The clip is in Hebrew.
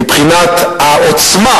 מבחינת העוצמה,